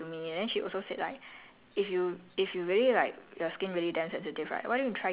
ya then like this err she's the one who introduce la roche posay to me then she also said like